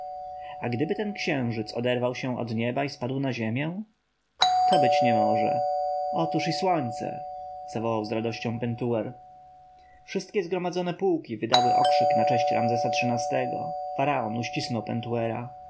a gdyby ten księżyc oderwał się od nieba i spadł na ziemię to być nie może otóż i słońce zawołał z radością pentuer wszystkie zgromadzone pułki wydały okrzyk na cześć ramzesa xiii-go faraon uścisnął pentuera